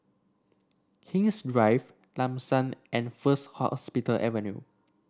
King's Drive Lam San and First Hospital Avenue